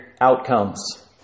outcomes